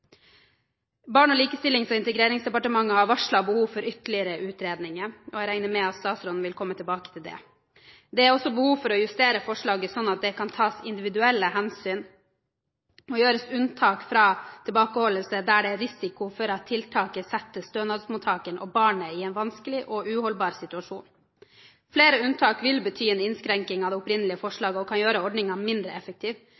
Barne-, likestillings- og integreringsdepartementet har varslet behov for ytterligere utredninger, og jeg regner med at statsråden vil komme tilbake til det. Det er også behov for å justere forslaget, sånn at det kan tas individuelle hensyn og gjøres unntak fra tilbakeholdelse der det er risiko for at tiltaket setter stønadsmottakeren og barnet i en vanskelig og uholdbar situasjon. Flere unntak vil bety en innskrenking av det opprinnelige